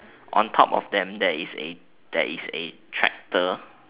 on top of them there is a there is a tractor